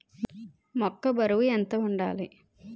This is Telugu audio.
మొక్కొ బరువు ఎంత వుండాలి?